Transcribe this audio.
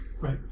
Right